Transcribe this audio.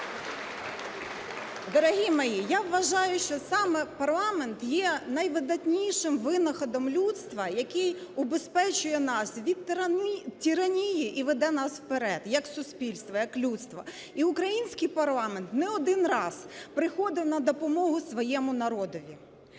Дорогі мої, я вважаю, що саме парламент є найвидатнішим винаходом людства, який убезпечує нас від тиранії і веде нас вперед як суспільство, як людство. І український парламент не один раз приходив на допомогу своєму народові.